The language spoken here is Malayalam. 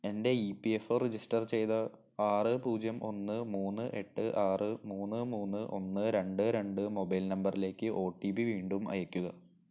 എൻ്റെ E P F O register ചെയ്ത ആറ് പൂജ്യം ഒന്ന് മൂന്ന് എട്ട് ആറ് മൂന്ന് മൂന്ന് ഒന്ന് രണ്ട് രണ്ട് മൊബൈൽ നമ്പറിലേക്ക് ഒ ട്ടി പി വീണ്ടും അയക്കുക